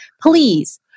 please